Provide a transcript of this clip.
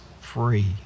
free